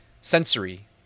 sensory